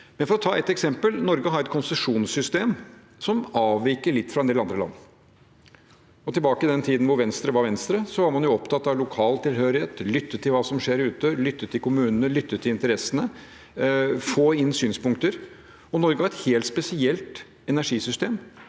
For å ta et eksempel: Norge har et konsesjonssystem som avviker litt fra en del andre land. Tilbake i den tiden hvor Venstre var Venstre, var man jo opptatt av lokal tilhørighet, av å lytte til hva som skjer ute, lytte til kommunene, lytte til interessene og få inn synspunkter. Norge har et helt spesielt energisystem